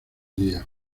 día